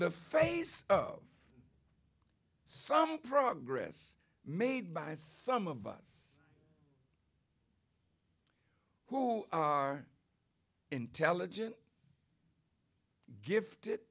the face of some progress made by some of us who are intelligent gifted